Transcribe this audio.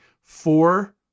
four